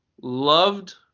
loved